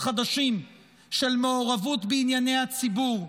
חדשים של מעורבות בענייני הציבור,